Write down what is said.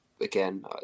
again